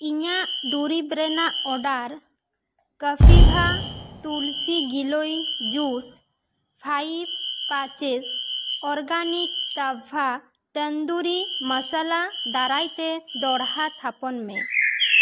ᱤᱧᱟᱹᱜ ᱫᱩᱨᱤᱵᱽ ᱨᱮᱱᱟᱜ ᱳᱨᱰᱟᱨ ᱠᱟᱯᱤᱵᱷᱟ ᱛᱩᱞᱥᱤ ᱜᱤᱞᱳᱭ ᱡᱩᱥ ᱯᱷᱟᱭᱤᱵᱷ ᱯᱟᱪᱮᱥ ᱳᱨᱜᱟᱱᱤᱠ ᱴᱟᱵᱷᱟ ᱛᱟᱱᱫᱩᱨᱤ ᱢᱚᱥᱚᱞᱟ ᱫᱟᱨᱟᱭᱛᱮ ᱫᱚᱲᱦᱟ ᱛᱷᱟᱯᱚᱱ ᱢᱮ